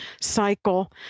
cycle